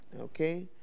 okay